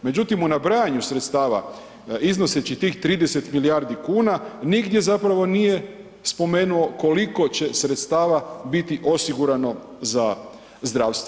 Međutim, u nabrajanju sredstava iznoseći tih 30 milijardi kuna, nigdje zapravo nije spomenuo koliko će sredstava biti osigurano za zdravstvo.